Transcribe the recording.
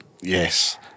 Yes